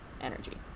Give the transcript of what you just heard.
energy